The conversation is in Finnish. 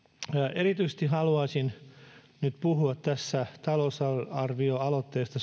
erityisesti haluaisin nyt puhua tässä talousarvioaloitteesta